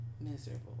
miserable